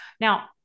Now